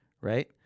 right